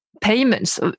payments